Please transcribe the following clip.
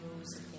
rose